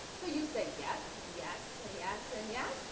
so you say yes and yes and yes and yes.